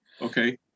Okay